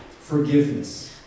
forgiveness